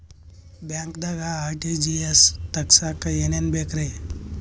ಬ್ಯಾಂಕ್ದಾಗ ಆರ್.ಟಿ.ಜಿ.ಎಸ್ ತಗ್ಸಾಕ್ ಏನೇನ್ ಬೇಕ್ರಿ?